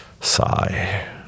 Sigh